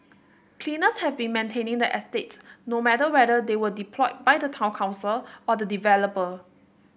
cleaners have been maintaining the estate no matter whether they were deployed by the town council or the developer